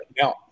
Now